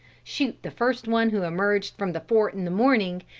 shoot the first one who emerged from the fort in the morning,